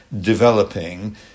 developing